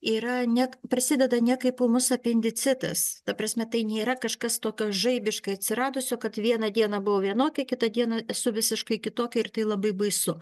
yra ne prasideda ne kaip ūmus apendicitas ta prasme tai nėra kažkas tokio žaibiškai atsiradusio kad vieną dieną buvo vienokia kitą dieną esu visiškai kitokia ir tai labai baisu